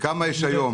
וכמה יש היום.